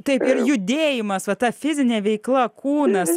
taip judėjimas va ta fizinė veikla kūnas